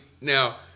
Now